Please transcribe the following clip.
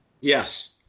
Yes